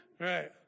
Right